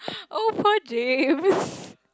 oh poor James